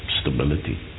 stability